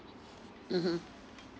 mmhmm